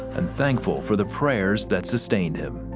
and thankful for the prayers that sustained him.